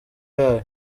yayo